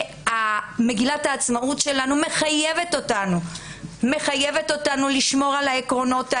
מגילת העצמאות שלנו מחייבת אותנו לשמור על העקרונות האלה,